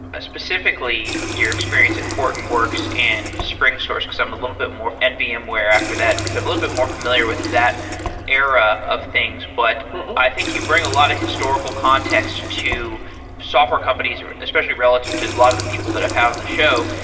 specifically your experience at hortonworks and springsource, because i'm a little bit more and vmware after that, because i'm a little bit more familiar with that era of things, but i think you bring a lot of historical context to software companies, especially relative to a lot of the people that i've had on the show,